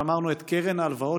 ואמרנו: את קרן ההלוואות